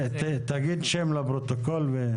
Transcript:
תגיד שם לפרוטוקול.